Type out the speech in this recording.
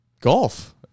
golf